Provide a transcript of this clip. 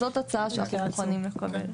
זאת הצעה שאנחנו מוכנים לקבל.